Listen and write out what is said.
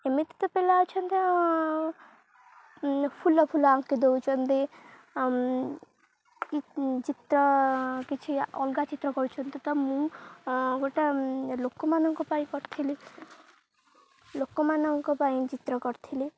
ଏମିତି ତ ପିଲା ଅଛନ୍ତି ହଁ ଫୁଲ ଫୁଲ ଆଙ୍କି ଦଉଛନ୍ତି ଚିତ୍ର କିଛି ଅଲଗା ଚିତ୍ର କରୁଛନ୍ତି ତ ମୁଁ ଗୋଟେ ଲୋକମାନଙ୍କ ପାଇଁ କରିଥିଲି ଲୋକମାନଙ୍କ ପାଇଁ ଚିତ୍ର କରିଥିଲି